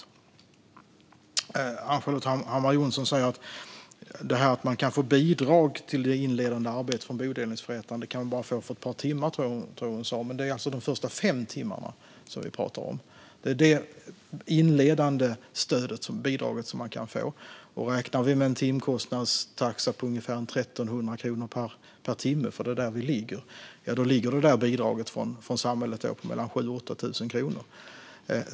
Jag tror att Ann-Charlotte Hammar Johnsson sa att man bara kan få bidrag för ett par timmar när det gäller det inledande arbetet med bodelningsförrättaren. Men det är alltså de första fem timmarna som vi pratar om. Det är det inledande bidrag som man kan få. Räknar vi med en taxa på ungefär 1 300 kronor per timme - det är där det ligger - är bidraget från samhället på mellan 7 000 och 8 000 kronor.